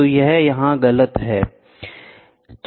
तो यहाँ यह गलत है